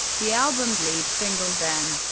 the album's lead single, then,